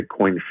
Bitcoin